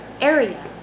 area